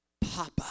Papa